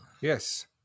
yes